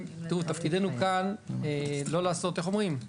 תפקידנו כאן לא לעשות איך אומרים?